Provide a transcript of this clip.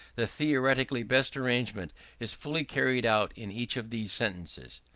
the theoretically best arrangement is fully carried out in each of these sentences.